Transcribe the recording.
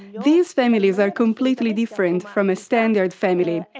these families are completely different from a standard family,